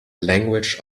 language